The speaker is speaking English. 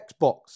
Xbox